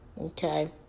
okay